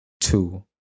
two